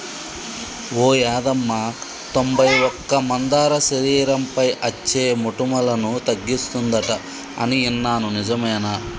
ఓ యాదమ్మ తొంబై ఒక్క మందార శరీరంపై అచ్చే మోటుములను తగ్గిస్తుందంట అని ఇన్నాను నిజమేనా